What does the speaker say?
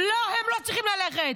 לא, הם לא צריכים ללכת.